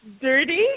dirty